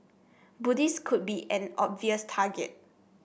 Buddhists could be an obvious target